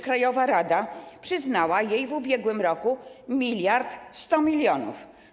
Krajowa rada przyznała jej w ubiegłym roku 1100 mln.